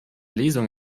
lesung